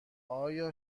آیا